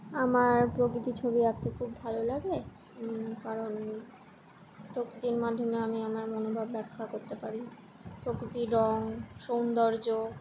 আমার প্রকৃতির ছবি আঁকতে খুব ভালো লাগে কারণ প্রকৃতির মাধ্যমে আমি আমার মনভাব ব্যাখ্যা করতে পারি প্রকৃতির রং সৌন্দর্য